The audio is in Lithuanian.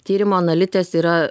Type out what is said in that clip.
tyrimo analitės yra